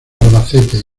albacete